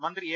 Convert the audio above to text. മന്ത്രി എ